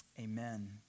Amen